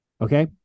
Okay